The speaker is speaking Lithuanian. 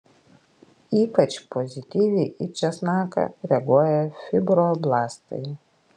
ypač pozityviai į česnaką reaguoja fibroblastai